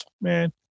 man